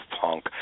punk